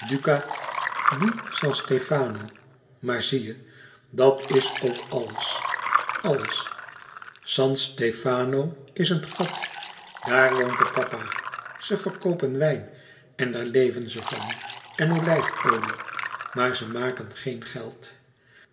duca di san stefano maar zie je dat is ook alles alles san stefano is een gat daar woont de papa ze verkoopen wijn en daar leven ze van en olijfolie maar ze maken geen geld